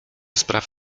spraw